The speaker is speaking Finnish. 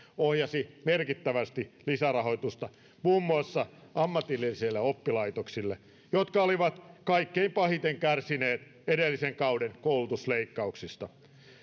ohjasi merkittävästi lisärahoitusta muun muassa ammatillisille oppilaitoksille jotka olivat kaikkein pahiten kärsineet edellisen kauden koulutusleikkauksista